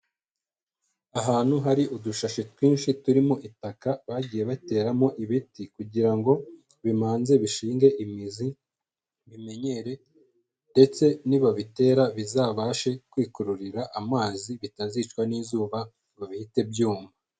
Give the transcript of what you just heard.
Ahantu hari udushashi twinshi turimo itaka bagiye bateramo ibiti kugira ngo bibanze bishinge imizi, bimenyere ndetse nibabitera bizabashe kwikururira amazi bitazicwa n'izuba ngo bihite byuma.